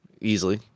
easily